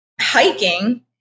hiking